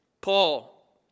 Paul